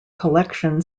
collection